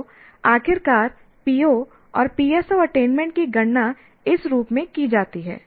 तो आखिरकार PO और PSO अटेनमेंट की गणना इस रूप में की जाती है